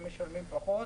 פחות.